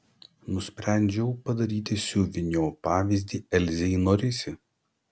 nusprendžiau padaryti siuvinio pavyzdį elzei norisi